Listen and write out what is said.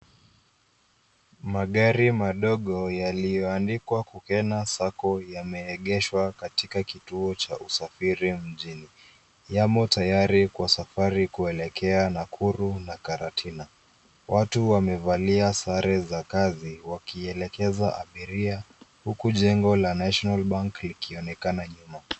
Magari madogo yaliyoandikwa Kukena sacco yameegeshwa katika kituo cha usafiri mjini. Yamo tayari kwa safari kuelekea Nakuru na Karatina. Watu wamevalia sare za kazi wakielekeza abiria huku jengo la National bank likionekana nyuma.